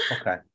Okay